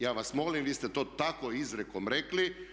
Ja vas molim, vi ste to tako izrijekom rekli.